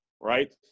right